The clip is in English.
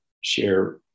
share